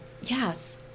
yes